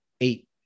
Eight